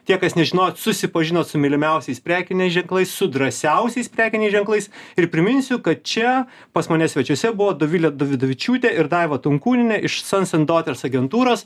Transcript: tie kas nežinojot susipažinot su mylimiausiais prekiniais ženklais su drąsiausiais prekiniais ženklais ir priminsiu kad čia pas mane svečiuose buvo dovilė dovidavičiūtė ir daiva tonkūnienė iš sons and daughters agentūros